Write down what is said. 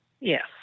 Yes